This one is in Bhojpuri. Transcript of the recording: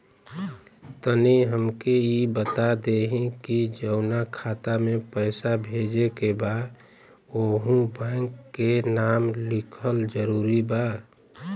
तनि हमके ई बता देही की जऊना खाता मे पैसा भेजे के बा ओहुँ बैंक के नाम लिखल जरूरी बा?